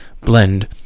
blend